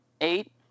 Eight